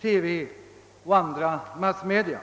TV och andra massmedia.